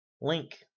link